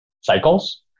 cycles